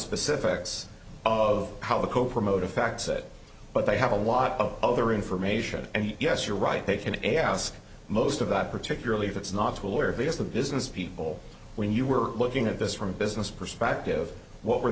specifics of how the co promote affects it but they have a lot of other information and yes you're right they can they ask most of that particularly if it's not a lawyer vs the business people when you were looking at this from a business perspective what were